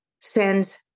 sends